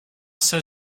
seul